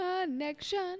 connection